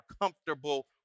comfortable